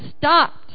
stopped